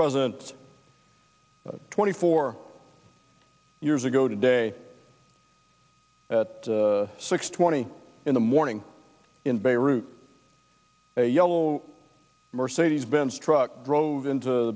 president twenty four years ago today at six twenty in the morning in beirut a yellow mercedes benz truck drove into